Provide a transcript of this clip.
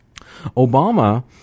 Obama